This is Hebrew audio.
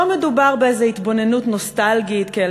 לא מדובר באיזו התבוננות נוסטלגית כאל